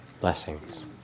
blessings